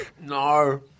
no